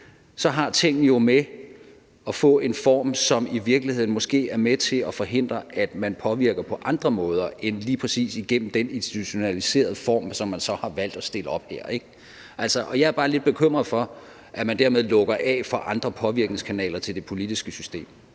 så har ting det jo med at få en form, som i virkeligheden måske er med til at forhindre, at man påvirker på andre måder end lige præcis igennem den institutionaliserede form, som man så har valgt at stille op her. Jeg er bare lidt bekymret for, at man dermed lukker af for andre påvirkningskanaler til det politiske system.